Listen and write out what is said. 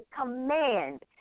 command